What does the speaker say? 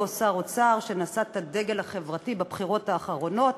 אותו שר אוצר שנשא את הדגל החברתי בבחירות האחרונות